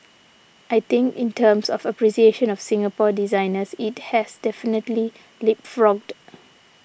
I think in terms of appreciation of Singapore designers it has definitely leapfrogged